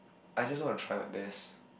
I just want to try my best